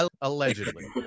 Allegedly